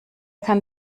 kann